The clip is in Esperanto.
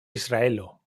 israelo